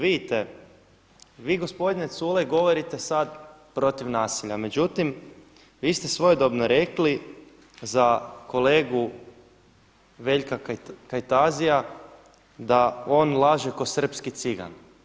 Vidite, vi gospodine Culej govorite sad protiv nasilja, međutim, vi ste svojedobno rekli za kolegu Veljka Kajtazija da on laže kao srpski cigan.